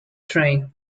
train